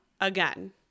again